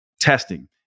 testing